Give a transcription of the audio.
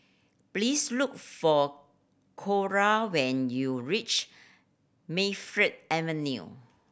please look for Clora when you reach Mayfield Avenue